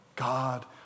God